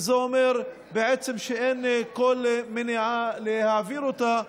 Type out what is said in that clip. שזה אומר בעצם שאין כל מניעה להעביר אותה.